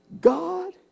God